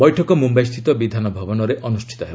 ବୈଠକ ମୁମ୍ୟାଇ ସ୍ଥିତ ବିଧାନ ଭବନରେ ଅନୁଷ୍ଠିତ ହେବ